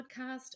podcast